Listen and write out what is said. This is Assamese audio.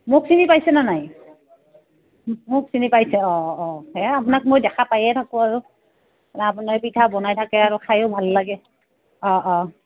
মোক চিনি পাইছে ন নাই মোক চিনি পাইছে অঁ অঁ সে আপোনাক মই দেখা পাইয়ে থাকোঁ আৰু আপোনাৰ পিঠা বনাই থাকে আৰু খায়ো ভাল লাগে অঁ অঁ